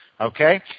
Okay